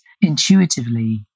intuitively